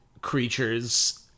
creatures